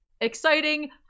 exciting